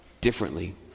differently